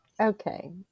Okay